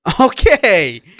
Okay